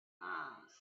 past